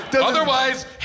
Otherwise